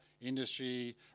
industry